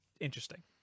interesting